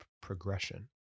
progression